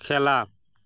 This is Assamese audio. খেলা